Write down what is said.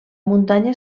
muntanya